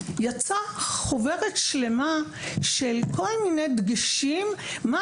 יצאה חוברת שלמה של כל מיני דגשים לגבי מה